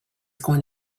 going